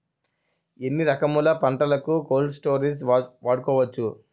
ఎన్ని రకములు పంటలకు కోల్డ్ స్టోరేజ్ వాడుకోవచ్చు?